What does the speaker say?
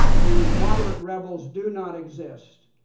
the moderate rebels do not exist.